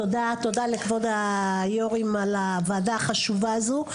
תודה לכבוד היו"רים על הוועדה החשובה הזו.